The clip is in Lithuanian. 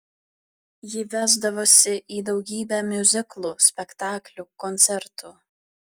ji vesdavosi į daugybę miuziklų spektaklių koncertų